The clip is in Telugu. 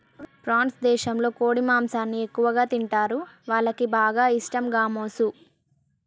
ఫ్రాన్స్ దేశంలో కోడి మాంసాన్ని ఎక్కువగా తింటరు, వాళ్లకి బాగా ఇష్టం గామోసు